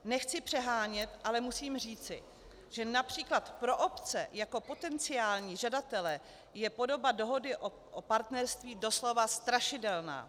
Nechci přehánět, ale musím říci, že například pro obce jako potenciální žadatele je podoba Dohody o partnerství doslova strašidelná.